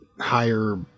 higher